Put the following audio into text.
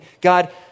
God